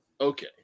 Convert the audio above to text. Okay